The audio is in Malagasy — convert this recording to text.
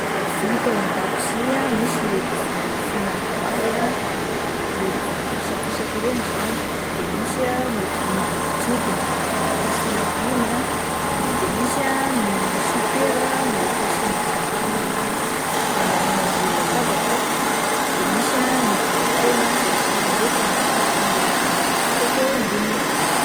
Lovia hita ao an-dakozia, misy le lovia fihinanam-bary le lovia fisapisaka ireny izany, de misy ah ny vilia jodina fasiana rony ah, de misy ah ny sopera le fasiana vary hitambarana eo ambony latabatra, de misy ah ny vilia kely fasiana laoka na fasiana kopy eo amboniny.